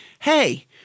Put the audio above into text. hey